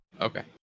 Okay